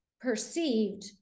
perceived